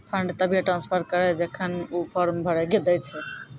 fund तभिये transfer करऽ जेखन ऊ फॉर्म भरऽ के दै छै